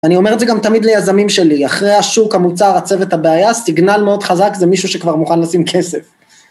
אני אומר את זה גם תמיד ליזמים שלי, אחרי השוק המוצר הצוות הבעיה סיגנל מאוד חזק זה מישהו שכבר מוכן לשים כסף.